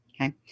Okay